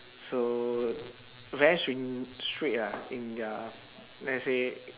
so very string~ strict ah in the let's say